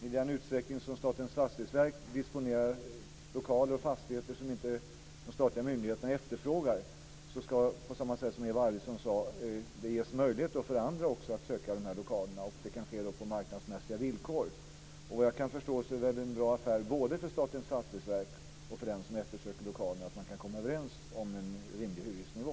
I den utsträckning som Statens fastighetsverk disponerar lokaler och fastigheter som de statliga myndigheterna inte efterfrågar så ska, på samma sätt som Eva Arvidsson sade, det ges möjlighet också för andra att söka dessa lokaler, och det kan ske på marknadsmässiga villkor. Såvitt jag kan förstå så är det en bra affär både för Statens fastighetsverk och för den som eftersöker lokalerna att man kan komma överens om en rimlig hyresnivå.